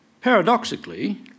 Paradoxically